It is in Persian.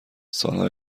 سالها